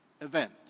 event